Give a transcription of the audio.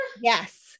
Yes